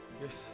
Yes